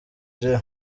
joe